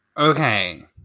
Okay